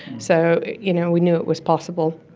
so you know we knew it was possible.